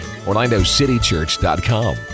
orlandocitychurch.com